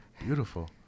beautiful